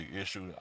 issue